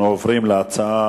בעד,